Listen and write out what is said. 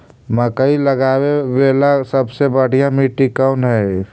मकई लगावेला सबसे बढ़िया मिट्टी कौन हैइ?